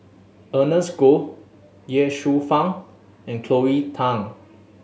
Ernest Goh Ye Shufang and Cleo Thang